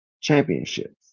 championships